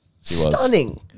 stunning